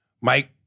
Mike